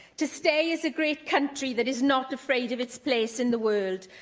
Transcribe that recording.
to stay as a great country that is not afraid of its place in the world,